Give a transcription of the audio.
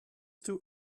too